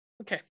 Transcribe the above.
Okay